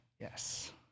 Yes